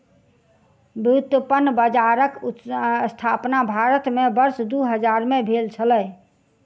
व्युत्पन्न बजारक स्थापना भारत में वर्ष दू हजार में भेल छलै